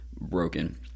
broken